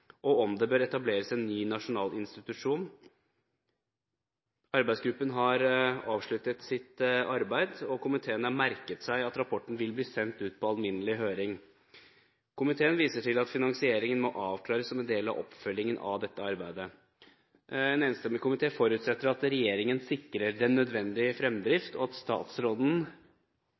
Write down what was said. og om det bør etableres en ny nasjonal institusjon. Arbeidsgruppen har avsluttet sitt arbeid, og komiteen har merket seg at rapporten vil bli sendt ut på alminnelig høring. Komiteen viser til at finansieringen må avklares som en del oppfølgingen av dette arbeidet. En enstemmig komité forutsetter at regjeringen sikrer den nødvendige fremdrift og at statsråden,